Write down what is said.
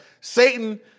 Satan